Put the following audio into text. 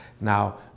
Now